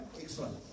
Excellent